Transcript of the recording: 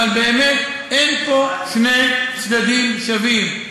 אבל באמת אין פה שני צדדים שווים,